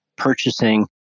Purchasing